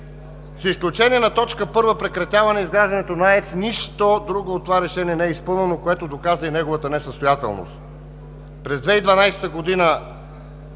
С изключение на точка първа – „Прекратяване изграждането на АЕЦ“, нищо друго от това решение не е изпълнено, което доказа и неговата несъстоятелност. През 2012 г.